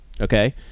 Okay